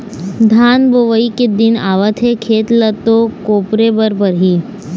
धान बोवई के दिन आवत हे खेत ल तो कोपरे बर परही